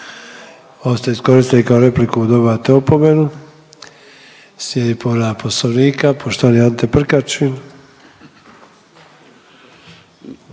ste iskoristili kao repliku dobivate opomenu. Slijedi povreda poslovnika poštovani Ante Prkačin.